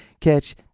catch